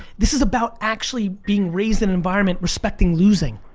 this is about actually being raised in an environment respecting losing,